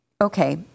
okay